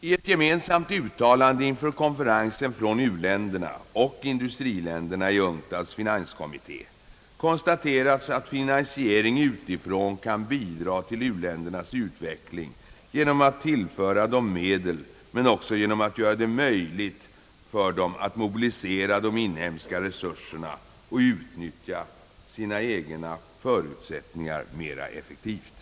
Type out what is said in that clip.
I ett gemensamt uttalande inför konferensen från u-länderna och industriländerna i UNCTAD:s finanskommitté konstaterades att finansiering utifrån kan bidra till u-ländernas utveckling genom att tillföra dem medel, men också genom att göra det möjligt för dem att mobilisera de inhemska resurserna och utnyttja sina egna förutsättningar mera effektivt.